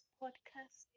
podcast